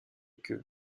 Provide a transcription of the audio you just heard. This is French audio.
queue